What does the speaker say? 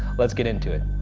let's get into it.